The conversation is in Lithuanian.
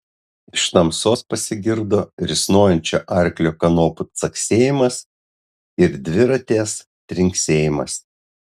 iš tamsos pasigirdo risnojančio arklio kanopų caksėjimas ir dviratės trinksėjimas